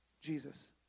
Jesus